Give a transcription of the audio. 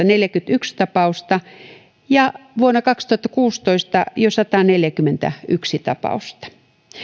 neljäkymmentäyksi tapausta vuonna kaksituhattakaksitoista ja vuonna kaksituhattakuusitoista jo sataneljäkymmentäyksi tapausta